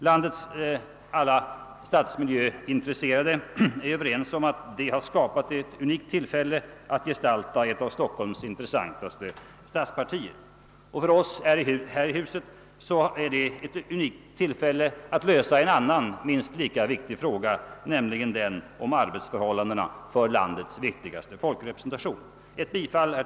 Landets alla stadsmiljöintresserade är överens om att detta har skapat ett unikt tillfälle att gestalta ett av Stockholms intressantaste stadspartier. För oss här i huset är det ett unikt tillfälle att lösa en annan minst lika viktig fråga, nämligen den om arbetsförhållandena för landets viktigaste folkrepresentation. Herr talman!